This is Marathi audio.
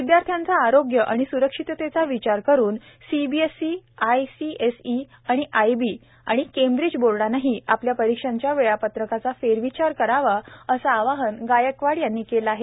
विद्यार्थ्यांचं आरोग्य आणि स्रक्षिततेचा विचार करून सीबीएसई आयसीएसई आयबी आणि केंब्रिज बोर्डांनीही आपल्या परीक्षांच्या वेळापत्रकाचा फेरविचार करावा असं आवाहन गायकवाड यांनी केल आहे